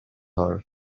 her